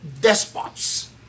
despots